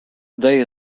they